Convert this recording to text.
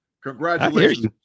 Congratulations